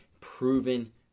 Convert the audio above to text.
proven